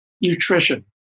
nutrition